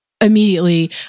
immediately